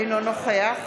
אינו נוכח